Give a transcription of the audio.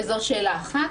זו שאלה אחת.